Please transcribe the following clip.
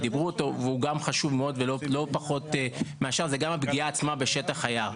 שגם הוא חשוב מאוד הפגיעה עצמה בשטח היער.